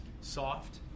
soft